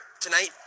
Tonight